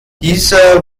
dieser